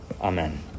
Amen